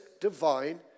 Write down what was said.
divine